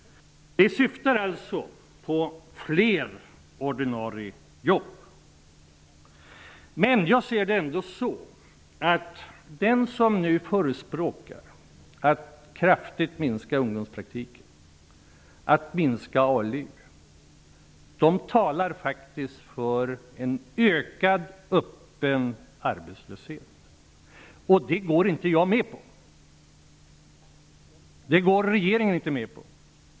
Dessa åtgärder syftar till fler ordinarie jobb. Den som nu förespråkar att kraftigt minska ungdomspraktiken och minska ALU, talar faktiskt för en ökad öppen arbetslöshet, och det går jag inte med på. Det går regeringen inte med på.